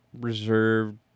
reserved